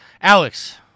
Alex